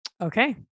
Okay